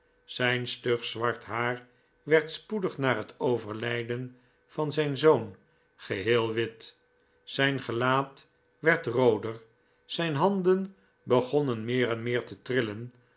zijn stug zwart haar werd spoedig na het overlijden van zijn zoon geheel wit zijn gelaat werd rooder zijn handen begonnen meer en meer te trillen